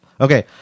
Okay